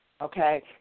okay